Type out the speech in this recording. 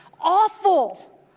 Awful